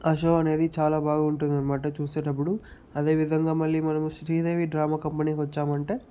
ఆ షో అనేది చాలా బాగుంటుందన్నమాట చూసేటప్పుడు అదే విధంగా మళ్ళీ మనము శ్రీదేవి డ్రామా కంపెనీకి వచ్చామంటే